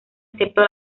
excepto